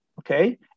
okay